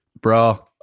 bro